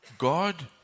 God